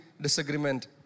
disagreement